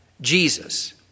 Jesus